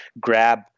grab